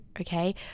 okay